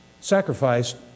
sacrificed